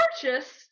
purchased